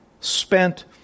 spent